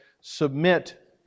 submit